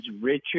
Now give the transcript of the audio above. Richard